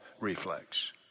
reflex